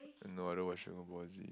no I don't watch dragon ball Z